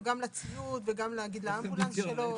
או גם לציוד, גם נגיד לאמבולנס שלו?